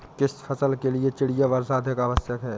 किस फसल के लिए चिड़िया वर्षा आवश्यक है?